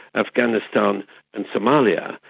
afghanistan and somalia,